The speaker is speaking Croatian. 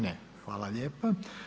Ne, hvala lijepa.